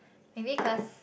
maybe cause